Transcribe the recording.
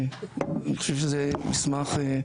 זה מסמך,